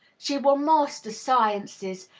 she will master sciences,